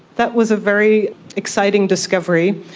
that was a very exciting discovery.